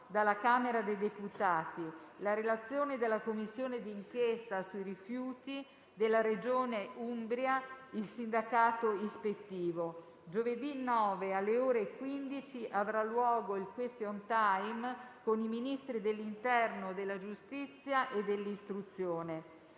dalla Camera dei deputati; la relazione della Commissione di inchiesta sui rifiuti della Regione Umbria; il sindacato ispettivo. Giovedì 9, alle ore 15, avrà luogo il *question time* con i Ministri dell'interno, della giustizia e dell'istruzione.